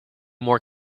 more